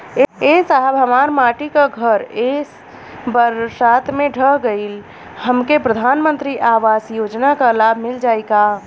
ए साहब हमार माटी क घर ए बरसात मे ढह गईल हमके प्रधानमंत्री आवास योजना क लाभ मिल जाई का?